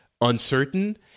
uncertain